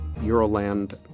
Euroland